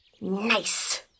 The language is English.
Nice